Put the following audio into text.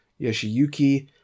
Yoshiyuki